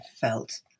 felt